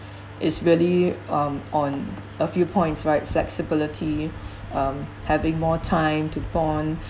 is really um on a few points right flexibility um having more time to bond